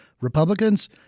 Republicans